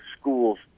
schools